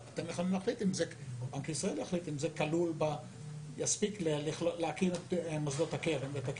אבל בנק ישראל יחליט האם זה מספיק כדי להקים את מוסדות הקרן.